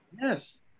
Yes